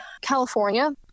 California